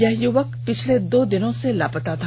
यह युवक पिछले दो दिनों से लापता था